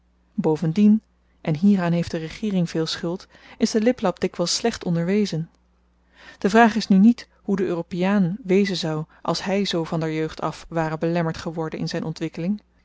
strekken bovendien en hieraan heeft de regeering veel schuld is de liplap dikwyls slecht onderwezen de vraag is nu niet hoe de europeaan wezen zou als hy zoo van der jeugd af ware belemmerd geworden in zyn ontwikkeling